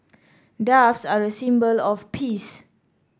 doves are a symbol of peace